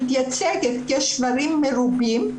מתייצגת כשברים מרובים,